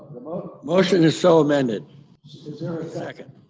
motion is so amended. is there a second?